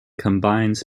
combines